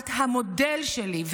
את המודל שלי,